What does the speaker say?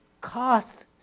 costs